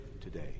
today